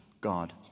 God